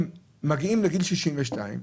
הן מגיעות לגיל 62,